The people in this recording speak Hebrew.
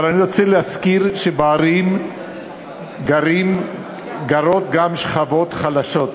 אבל אני רוצה להזכיר שבערים גרות גם שכבות חלשות,